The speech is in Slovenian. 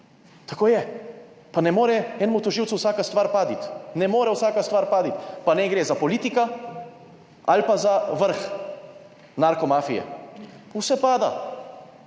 Tako je. Pa ne more enemu tožilcu vsaka stvar padsti, ne more vsaka stvar pasti. Pa naj gre za politika ali pa za vrh narkomafije, vse pada.